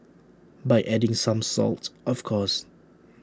by adding some salt of course